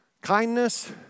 Kindness